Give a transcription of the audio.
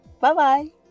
Bye-bye